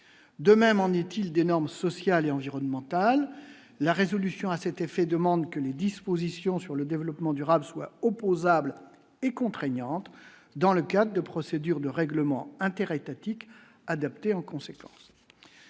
de même en est-il des normes sociales et environnementales, la résolution à cet effet, demande que les dispositions sur le développement durable soit opposable et contraignante dans le cas de procédures de règlement inter-étatiques adapté en conséquence